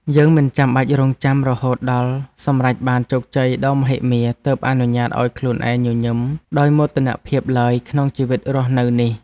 យើងមិនចាំបាច់រង់ចាំរហូតដល់សម្រេចបានជោគជ័យដ៏មហិមាទើបអនុញ្ញាតឱ្យខ្លួនឯងញញឹមដោយមោទនភាពឡើយក្នុងជីវិតរស់នៅនេះ។